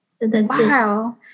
Wow